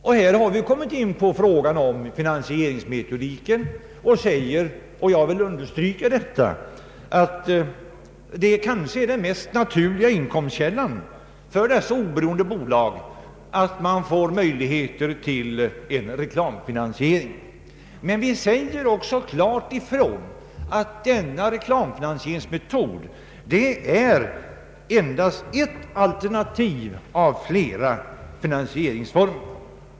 När det gäller finansieringsmetodiken säger vi att den kanske mest naturliga inkomstkällan för dessa oberoende bolag är att de får möjligheter till reklamfinansiering. Vi betonar dock klart att reklamfinansiering endast är ett alternativ av flera finansieringsformer.